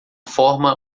forma